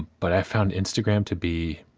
but i found instagram to be